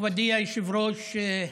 מכובדי היושב-ראש,